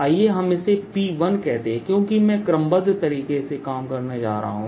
आइए हम इसे P1 कहते हैं क्योंकि मैं क्रमबद्ध तरीके से काम करने जा रहा हूं